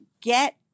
get